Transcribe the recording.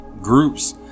groups